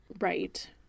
Right